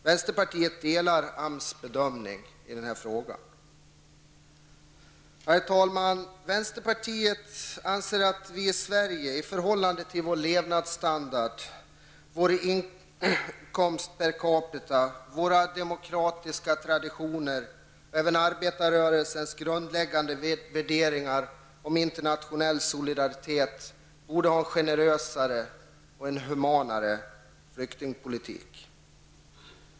Vänsterpartiet delar AMS bedömning i denna fråga. Herr talman! Vänsterpartiet anser att vi i Sverige i förhållande till vår levnadsstandard, vår inkomst per capita, våra demokratiska traditioner och arbetarröelsens grundläggande värderingar om internationell solidaritet borde ha en generösare och humanare flyktingpolitik.